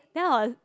then I was